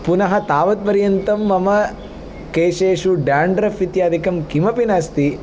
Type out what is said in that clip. पुनः तावत् पर्यन्तं मम केशेषु डेण्ड्रफ् इत्यादिकं किमपि नास्ति